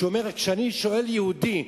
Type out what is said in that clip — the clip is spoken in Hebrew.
כשהוא אומר כשאני שואל יהודי,